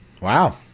Wow